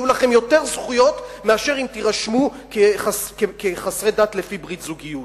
יהיו לכם יותר זכויות מאשר אם תירשמו כחסרי דת לפי ברית הזוגיות.